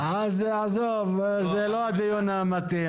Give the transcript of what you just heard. עזוב, זה לא הדיון המתאים.